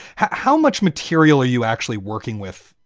how how much material are you actually working with?